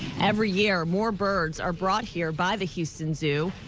every year, more birds are brought here by the houston zoo,